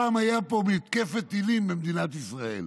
פעם הייתה פה מתקפת טילים על מדינת ישראל,